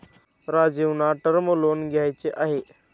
राजीवना term loan घ्यायचे आहे